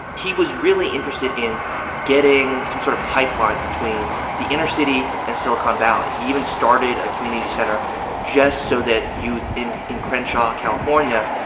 he was really interested in getting some sort of pipeline between the inner city and silicon valley. he even started a community center just so that youth in in crenshaw, calif, yeah